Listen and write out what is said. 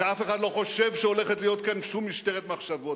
ואף אחד לא חושב שהולכת להיות פה שום משטרת מחשבות.